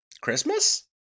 christmas